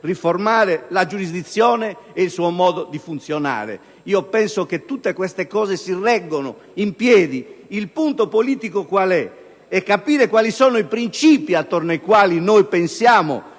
riformare la giurisdizione e il suo modo di funzionare. Penso che tutte queste cose si reggano insieme. Il punto politico è capire quali sono i principi attorno ai quali pensiamo